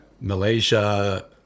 malaysia